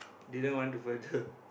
didn't want to further